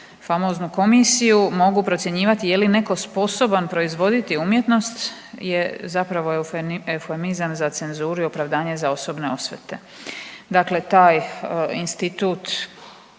famoznu komisiju mogu procjenjivati je li neko sposoban proizvoditi umjetnost je zapravo eufemizam za cenzuru i opravdanje za osobne osvete. Dakle taj institut